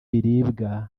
biribwa